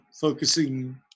focusing